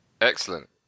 excellent